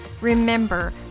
Remember